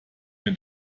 mir